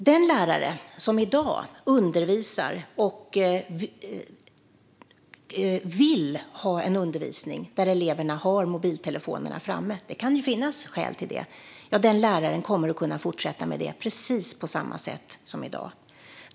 Den lärare som i dag vill ha en undervisning där eleverna har mobiltelefonerna framme - det kan finnas skäl till det - kommer att kunna fortsätta med det precis på samma sätt som i dag.